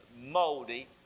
moldy